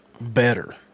better